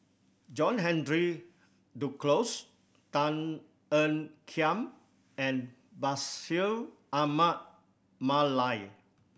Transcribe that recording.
John Henry Duclos Tan Ean Kiam and Bashir Ahmad Mallal